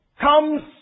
comes